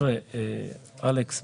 אלכס,